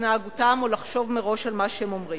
התנהגותם או לחשוב מראש על מה שהם אומרים.